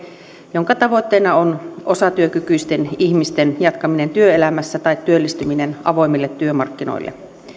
jonka tavoitteena on osatyökykyisten ihmisten jatkaminen työelämässä tai työllistyminen avoimille työmarkkinoille